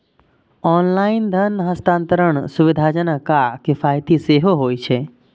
online धन हस्तांतरण सुविधाजनक आ किफायती सेहो होइ छै